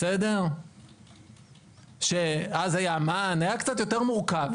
שאז היה המן,